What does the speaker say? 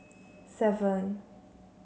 seven